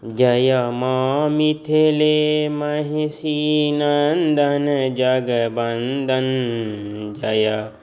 जय माँ मिथिले महिषी नन्दन जगवन्दन जय